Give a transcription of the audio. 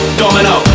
domino